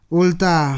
ulta